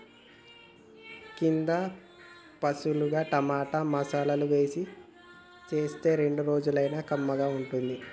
కంద పులుసుల టమాటా, మసాలా వేసి చేస్తే రెండు రోజులైనా కమ్మగా ఉంటది